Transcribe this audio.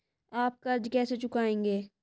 आप कर्ज कैसे चुकाएंगे?